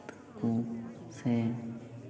ᱠᱚ ᱥᱮ